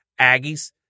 Aggies